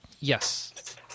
Yes